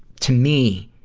to me,